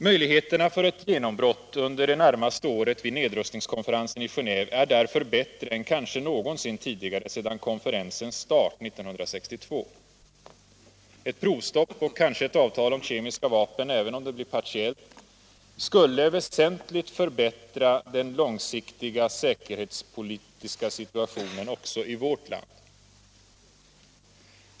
Möjligheterna för ett genombrott under det närmaste året vid nedrustningskonferensen i Genéve är därför bättre än kanske någonsin tidigare sedan konferensens start 1962. Ett provstopp och kanske ett avtal om kemiska vapen — även om de blir partiella — skulle väsentligt förbättra den långsiktiga säkerhetspolitiska situationen också för vårt land.